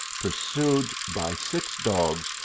pursued by six dogs,